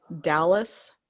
Dallas